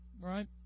Right